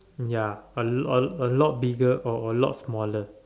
ya a a a lot bigger or a lot smaller